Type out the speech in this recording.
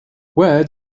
where